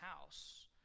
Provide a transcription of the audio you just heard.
house